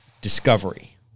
discovery